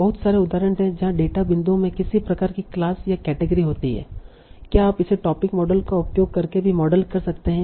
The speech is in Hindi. बहुत सारे उदाहरण है जहां डेटा बिंदुओं में किसी प्रकार की क्लास या केटेगरी होती है क्या आप इसे टोपिक मॉडल का उपयोग करके भी मॉडल कर सकते हैं